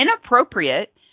inappropriate